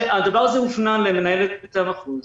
שהדבר הזה הופנה למנהלת המחוז,